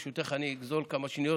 ברשותך, אני אגזול כמה שניות.